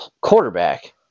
quarterback